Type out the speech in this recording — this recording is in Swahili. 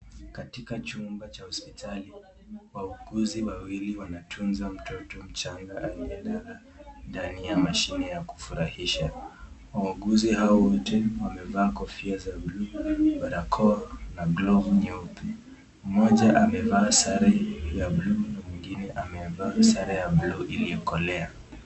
Katika chumba cha hosipitali, wauguzi wawili wanatunza mtoto mchanga aliyelala ndani ya mashine ya kufurahisha. Wauguzi hawa wote wamevaa kofia za bluu, barakoa na glovu nyeupe. Mmoja amevaa sare ya bluu na mwingine amevaa sare ya bluu iliyokolea.